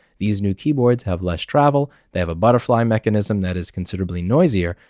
these new keyboards have less travel. they have a butterfly mechanism that is considerably noisier,